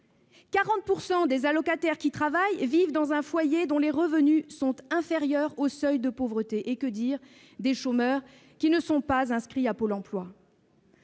40 % des allocataires qui travaillent vivent dans un foyer dont les revenus sont inférieurs au seuil de pauvreté. Et que dire des chômeurs qui ne sont pas inscrits à Pôle emploi ?